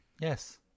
Yes